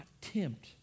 tempt